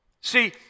See